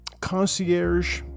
concierge